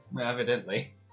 evidently